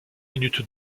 minutes